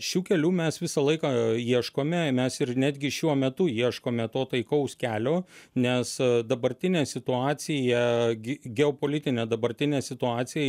šių kelių mes visą laiką ieškome mes ir netgi šiuo metu ieškome to taikaus kelio nes dabartinė situacija gi geopolitinė dabartinė situacija